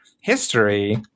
history